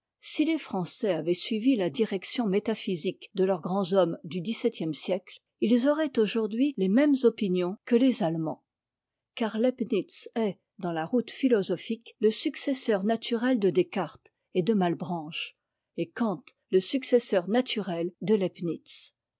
si les français avaient suivi la direction métaphysique de leurs grands hommes du dix-septième sièc e ils auraient aujourd'hui les mêmes opinions que les allemands car leibnitz est dans la route philosophique le successeur naturel de descartes et de malebranche et kant le successeur nature de